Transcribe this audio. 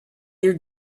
your